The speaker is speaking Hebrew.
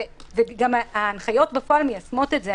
וגם ההנחיות בפועל מיישמות את זה.